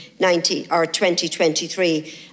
2023